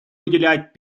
уделять